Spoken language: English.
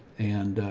and,